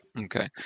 Okay